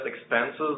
expenses